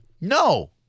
No